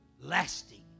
lasting